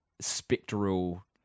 spectral